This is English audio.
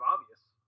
obvious